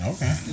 Okay